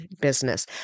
business